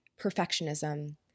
perfectionism